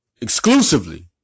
exclusively